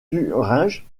thuringe